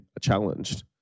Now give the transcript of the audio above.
challenged